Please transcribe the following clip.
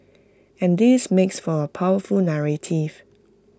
and this makes for A powerful narrative